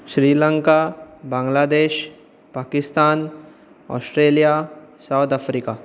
Sri Lanka Bangladesh Pakistan Australia South Africa